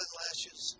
lashes